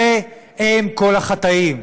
היא אם כל החטאים.